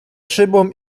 szybą